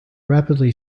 rapidly